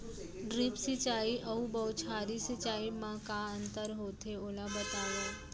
Drip सिंचाई अऊ बौछारी सिंचाई मा का अंतर होथे, ओला बतावव?